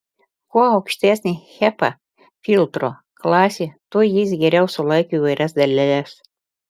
kuo aukštesnė hepa filtro klasė tuo jis geriau sulaiko įvairias daleles